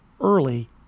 early